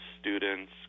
students